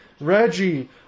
Reggie